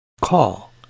Call